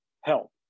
help